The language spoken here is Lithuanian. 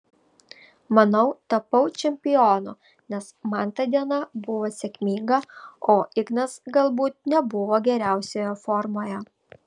manau tapau čempionu nes man ta diena buvo sėkminga o ignas galbūt nebuvo geriausioje formoje